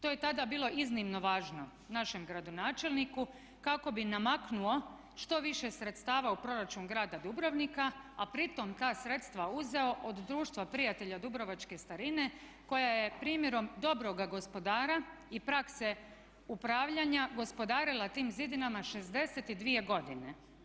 To je tada bilo iznimno važno našem gradonačelniku kako bi namaknuo što više sredstava u proračun Grada Dubrovnika a pritom ta sredstva uzeo od Društva prijatelja dubrovačke starine koja je primjerom dobroga gospodara i prakse upravljanja gospodarila tim zidinama 62 godine.